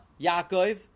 Yaakov